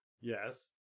Yes